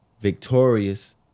Victorious